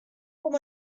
com